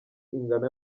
ingano